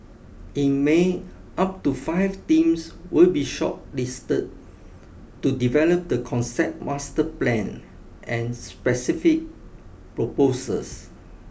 in May up to five teams will be shortlisted to develop the concept master plan and specific proposals